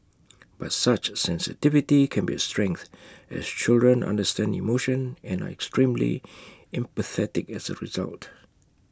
but such sensitivity can be A strength as children understand emotion and are extremely empathetic as A result